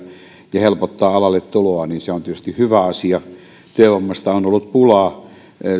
ja helpottaa alalle tuloa niin se on tietysti hyvä asia työvoimasta on ollut pulaa